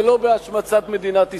ולא בהשמצת מדינת ישראל.